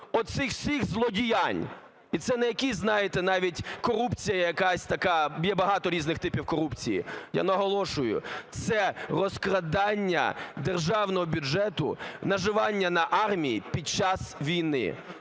оцих всіх злодіянь. І це не якийсь, знаєте, навіть, корупція якась така, є багато різних типів корупції. Я наголошую, це розкрадання державного бюджету, наживання на армії під час війни.